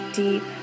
deep